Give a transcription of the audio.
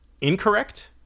incorrect